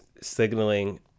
signaling